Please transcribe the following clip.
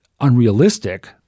unrealistic